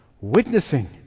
witnessing